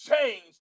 change